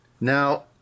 Now